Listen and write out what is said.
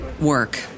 work